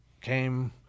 came